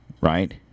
right